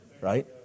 right